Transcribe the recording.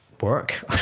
work